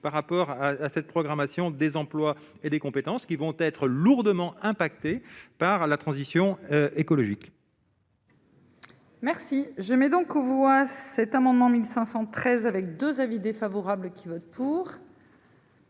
par rapport à cette programmation des emplois et des compétences qui vont être lourdement impacté par la transition écologique. Merci, je mets donc on voit cet amendement 1513 avec 2 avis défavorables qui vote pour.